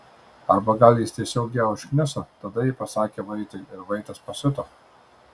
arba gal jis tiesiog ją užkniso tada ji pasakė vaitui ir vaitas pasiuto